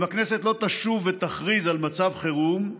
אם הכנסת לא תשוב ותכריז על מצב חירום,